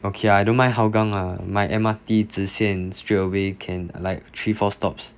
okay I don't mind hougang ah my mrt 一直线 straight away can alight three four stops